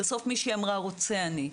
בסוף מישהי אמרה "רוצה אני".